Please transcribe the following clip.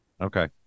okay